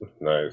Nice